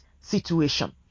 situation